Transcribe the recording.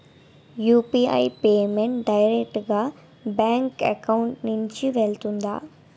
UPI payment direct గా bank account నుంచి వెళ్తుందా?